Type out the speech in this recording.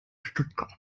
stuttgart